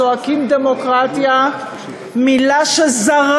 זועקים דמוקרטיה, מילה שזרה